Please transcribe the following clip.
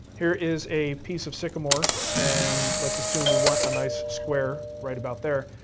here is a piece of sycamore and let's assume we want a nice square right about there.